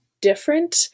different